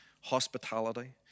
hospitality